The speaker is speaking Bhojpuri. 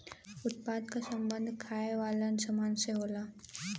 उत्पादन क सम्बन्ध खाये वालन सामान से होला